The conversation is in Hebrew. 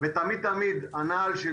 ותמיד-תמיד הנעל שלי,